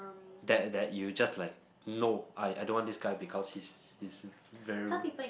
that that you just like no I I don't want this guy because is is very rude